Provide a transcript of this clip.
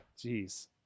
Jeez